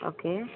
okay